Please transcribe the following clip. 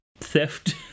theft